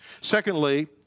Secondly